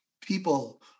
people